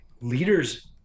leaders